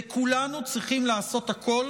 וכולנו צריכים לעשות הכול